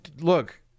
look